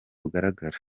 bugaragara